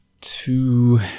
Two